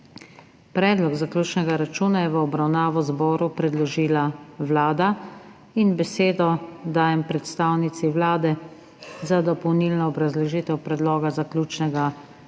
Predlog zaključnega računa je v obravnavo zboru predložila Vlada. Besedo dajem predstavnici Vlade za dopolnilno obrazložitev predloga zaključnega računa.